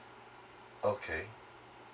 okay